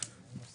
לרע.